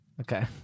Okay